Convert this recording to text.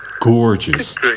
gorgeous